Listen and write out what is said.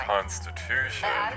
Constitution